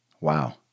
Wow